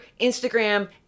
Instagram